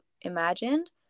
imagined